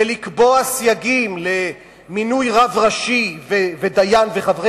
ולקבוע סייגים למינוי רב ראשי ודיין וחברי